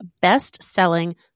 best-selling